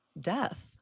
death